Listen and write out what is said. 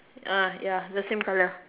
uh ya the same colour